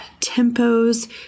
tempos